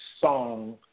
song